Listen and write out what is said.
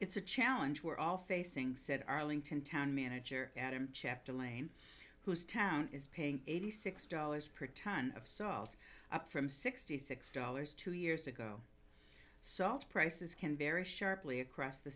it's a challenge we're all facing said arlington town manager at him chapter lane whose town is paying eighty six dollars per ton of salt up from sixty six dollars two years ago so prices can vary sharply across the